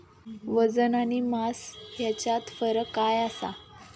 वजन आणि मास हेच्यात फरक काय आसा?